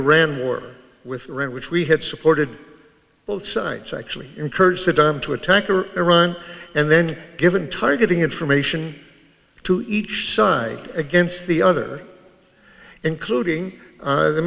iran war with iran which we had supported both sides actually encouraged saddam to attack or iran and then given targeting information to each side against the other including